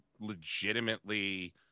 legitimately